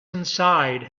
inside